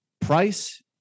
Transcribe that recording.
price